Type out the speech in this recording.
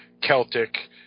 Celtic